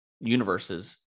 universes